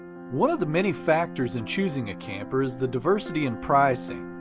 one of the many factors in choosing a camper is the diversity and pricing.